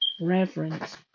reverence